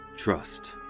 Trust